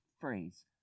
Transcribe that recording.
phrase